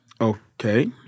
Okay